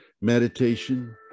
meditation